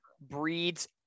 breeds